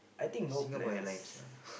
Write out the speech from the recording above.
I think no planets